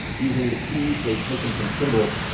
using the keys they'd taken from kimball,